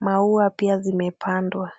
Maua pia zimepandwa.